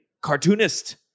cartoonist